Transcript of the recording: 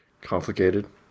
complicated